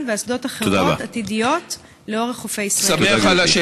ואסדות אחרות עתידיות לאורך חופי ישראל?